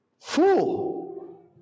Fool